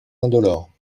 indolore